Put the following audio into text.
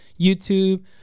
YouTube